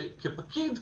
כפקיד,